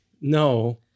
No